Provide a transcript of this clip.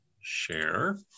share